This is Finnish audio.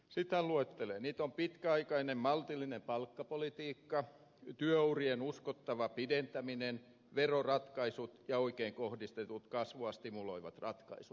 niitä ovat pitkäaikainen maltillinen palkkapolitiikka työurien uskottava pidentäminen veroratkaisut ja oikein kohdistetut kasvua stimuloivat ratkaisut